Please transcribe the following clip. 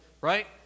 right